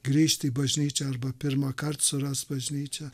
grįžt į bažnyčią arba pirmąkart surast bažnyčią